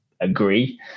agree